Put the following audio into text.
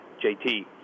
JT